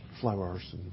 flowers